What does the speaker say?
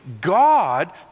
God